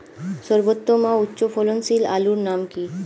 সর্বোত্তম ও উচ্চ ফলনশীল আলুর নাম কি?